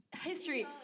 History